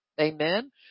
Amen